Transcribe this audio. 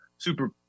super